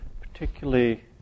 particularly